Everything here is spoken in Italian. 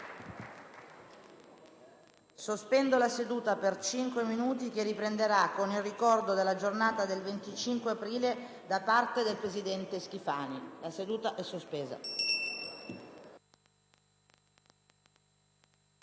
Sospendo la seduta per cinque minuti, che riprenderà con il ricordo della giornata del 25 aprile da parte del presidente Schifani. *(La seduta, sospesa